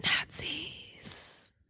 Nazis